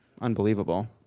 Unbelievable